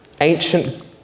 ancient